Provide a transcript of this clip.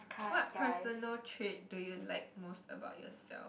what personal trait do you like most about yourself